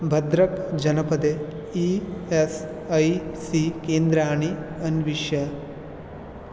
भद्रक् जनपदे E S I C केन्द्राणि अन्विष